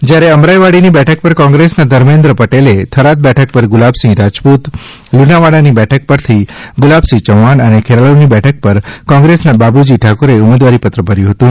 જયારે અમરાઇવાડીની બેઠક ઉપર કોંગ્રેસના ધર્મેન્દ્ર પટેલે થરાદ બેઠક પર ગુલાબસિંહ રાજપુત લુણાવાડાની બેઠક પરથી ગુલાબસિંહ ચૌહાણ અને ખેરાલુની બેઠક પર કોંગ્રેસના બાબુજી ઠાકોરે ઉમેદવારીપત્ર ભર્યું હતું